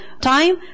time